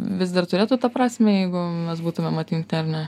vis dar turėtų tą prasmę jeigu mes būtumėm atjungti ar ne